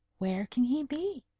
where can he be?